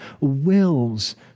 wills